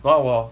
耍我